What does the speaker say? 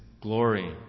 glory